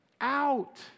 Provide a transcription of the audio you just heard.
out